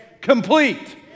complete